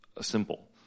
simple